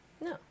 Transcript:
No